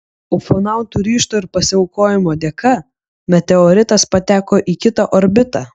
ufonautų ryžto ir pasiaukojimo dėka meteoritas pateko į kitą orbitą